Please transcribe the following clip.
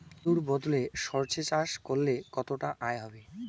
আলুর বদলে সরষে চাষ করলে কতটা আয় হবে?